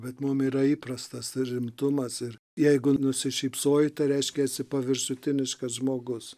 bet mum yra įprastas ir rimtumas ir jeigu nusišypsojai tai reiškia esi paviršutiniškas žmogus